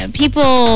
people